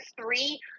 three